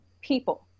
people